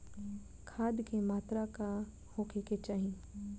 खाध के मात्रा का होखे के चाही?